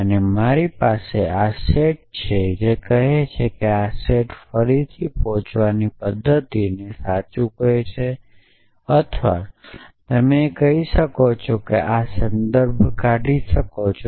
અને મારી પાસે આ સેટ છે તે કહે છે કે આ સેટ પર પહોંચવાની પદ્ધતિ સાચી છે અથવા તમે આ કહી શકો છો અને આ સંદર્ભ કાઢી શકો છો